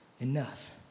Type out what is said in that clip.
enough